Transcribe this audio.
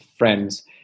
Friends